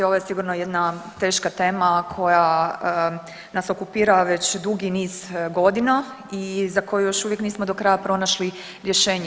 Ovo je sigurno jedna teška tema koja nas okupira već dugi niz godina i za koju još uvijek nismo do kraja pronašli rješenje.